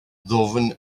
ddwfn